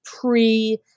pre-